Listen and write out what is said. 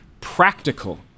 practical